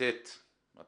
אבל